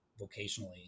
vocationally